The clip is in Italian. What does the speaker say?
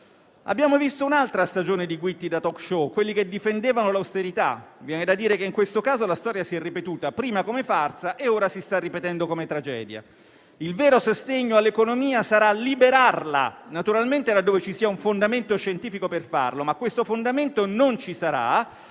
Abbiamo visto un'altra stagione di guitti da *talk show*, quelli che difendevano l'austerità; viene da dire che in questo caso la storia si è ripetuta, prima come farsa e ora come tragedia. Il vero sostegno all'economia sarà liberarla, naturalmente laddove ci sia un fondamento scientifico per farlo; ma questo fondamento non ci sarà